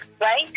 right